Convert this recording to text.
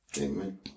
Amen